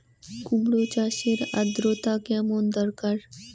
কুমড়ো চাষের আর্দ্রতা কেমন দরকার?